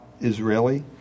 Israeli